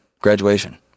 graduation